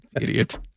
Idiot